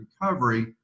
recovery